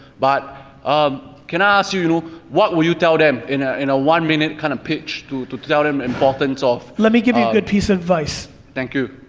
but, um can i ask you, you know what will you tell them, in ah in a one minute kind of pitch to to tell them the importance of let me give you a good piece of advice. thank you.